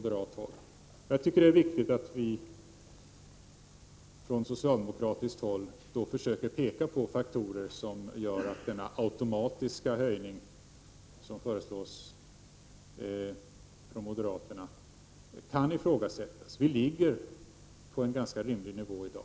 Då tycker jag det är viktigt att vi från socialdemokratiskt håll försöker peka på faktorer som gör att den automatiska höjning som föreslås från moderaterna kan ifrågasättas. Vi ligger på en ganska rimlig nivå i dag.